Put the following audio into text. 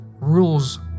rules